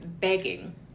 begging